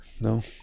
no